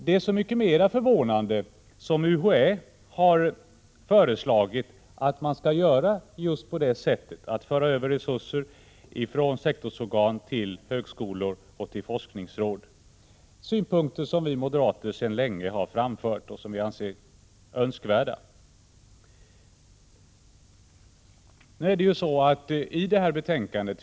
Det är så mycket mer förvånande som UHÄ har föreslagit att man skall föra över resurser från sektorsorgan till högskolor och forskningsråd; synpunkter som vi moderater sedan länge har fört fram och som vi anser det önskvärt att man tar hänsyn till.